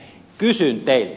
kysyn teiltä